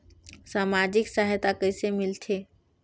समाजिक सहायता कइसे मिलथे?